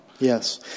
Yes